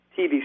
TV